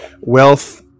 wealth